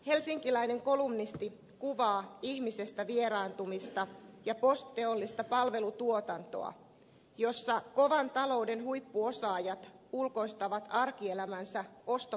helsinkiläinen kolumnisti kuvaa ihmisestä vieraantumista ja post teollista palvelutuotantoa jossa kovan talouden huippuosaajat ulkoistavat arkielämänsä ostopalveluiksi